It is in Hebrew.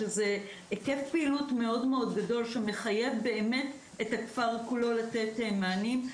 שזה היקף פעילות מאוד גדול שמחייב באמת את הכפר כולו לתת מענים.